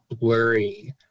blurry